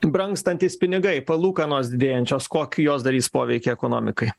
brangstantys pinigai palūkanos didėjančios kokį jos darys poveikį ekonomikai